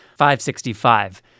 565